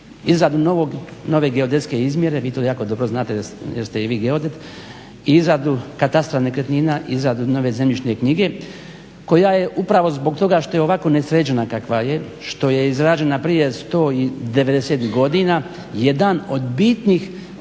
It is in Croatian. iza nove geodetske izmjere, vi to jako dobro znate jer ste i vi geodet, izradu katastra nekretnina izradu nove zemljišne knjige koja je upravo zbog toga što je ovako nesređena kakva je što je izrađena prije 190 godina jedan od bitnih